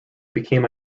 became